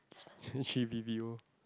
three b_b_o